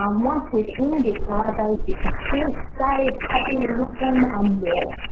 um once within this database you can print, save, copy, listen and more.